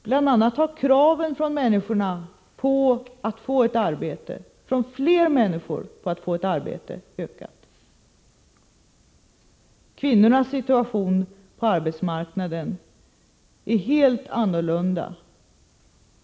Bl.a. har kraven från fler människor på att få ett arbete ökat. Kvinnornas situation på arbetsmarknaden är helt annorlunda.